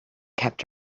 kept